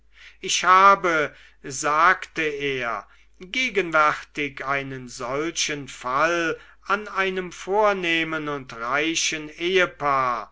ich habe sagte er gegenwärtig einen solchen fall an einem vornehmen und reichen ehepaar